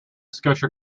scotia